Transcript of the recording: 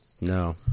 no